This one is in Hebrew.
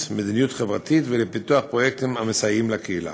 מדיניות חברתית ולפיתוח פרויקטים המסייעים לקהילה.